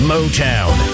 Motown